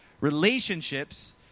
relationships